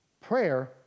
Prayer